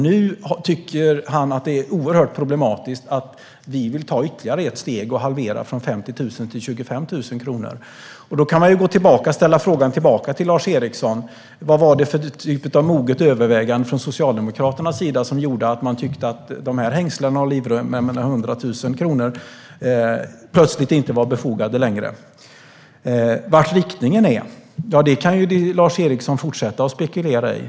Nu tycker han att det är oerhört problematiskt att vi vill ta ytterligare ett steg och halvera från 50 000 kronor till 25 000 kronor. Då kan man ställa frågan tillbaka till Lars Eriksson: Vad var det för typ av moget övervägande från Socialdemokraterna som gjorde att man tyckte att dessa hängslen och denna livrem på 100 000 kronor plötsligt inte längre var befogade? Hur riktningen går kan ju Lars Eriksson fortsätta att spekulera i.